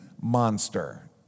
monster